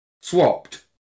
swapped